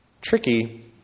tricky